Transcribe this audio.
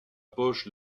poche